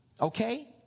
Okay